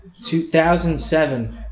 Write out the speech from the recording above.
2007